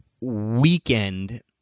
weekend